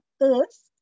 earth